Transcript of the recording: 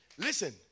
listen